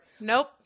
nope